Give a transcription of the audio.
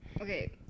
Okay